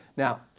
Now